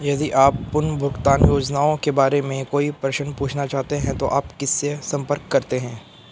यदि आप पुनर्भुगतान योजनाओं के बारे में कोई प्रश्न पूछना चाहते हैं तो आप किससे संपर्क करते हैं?